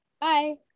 bye